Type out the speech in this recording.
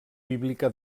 bíblica